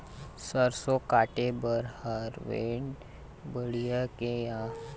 सरसों काटे बर हारवेस्टर बढ़िया हे या फिर हाथ म काटे हर बढ़िया ये?